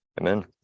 amen